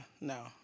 no